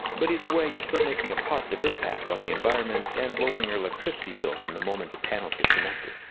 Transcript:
but either way you're still making a positive impact on the environment and lowering your electricity bill from the moment the panels get connected.